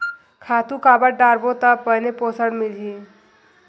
खातु काबर डारबो त बने पोषण मिलही?